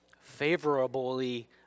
favorably